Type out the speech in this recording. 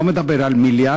אני לא מדבר על מיליארד,